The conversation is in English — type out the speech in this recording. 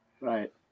Right